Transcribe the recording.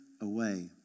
away